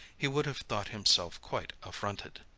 he would have thought himself quite affronted.